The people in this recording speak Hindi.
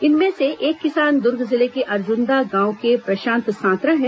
इनमें से एक किसान दुर्ग जिले के अर्जुन्दा गांव के प्रशांत सांतरा हैं